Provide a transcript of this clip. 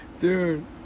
Dude